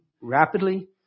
rapidly